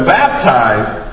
baptized